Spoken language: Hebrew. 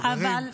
חברים,